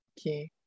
okay